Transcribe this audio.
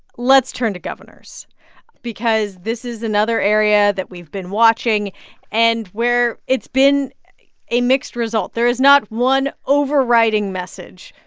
let's turn to governors because this is another area that we've been watching and where it's been a mixed result. there is not one overriding message,